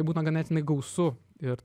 būna ganėtinai gausu ir